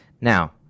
Now